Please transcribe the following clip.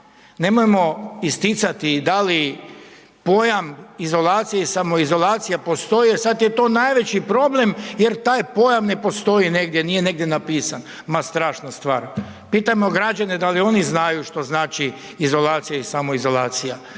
Nemojmo isticati da li pojam izolacije ili samoizolacije postoje, sad je to najveći problem jer taj pojam ne postoji negdje, nije negdje napisan. Ma strašna stvar. Pitajmo građane da li oni znaju što znači izolacija i samoizolacija.